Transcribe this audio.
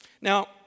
Now